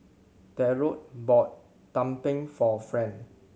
Darold bought tumpeng for Friend